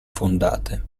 fondate